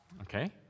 Okay